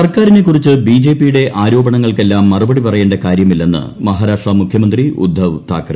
സർക്കാരിനെക്കുറിച്ച് ബിള്ളിപ്പിയുടെ ആരോപണങ്ങൾക്കെല്ലാം മറുപടി പറയേണ്ട കാര്യമില്ലെന്ന് മുക്കാർാഷ്ട്ര മുഖ്യമന്ത്രി ഉദ്ദവ് താക്കറെ